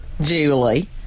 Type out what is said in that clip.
Julie